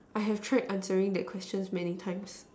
I have tried answering that questions many times